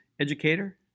educator